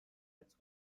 als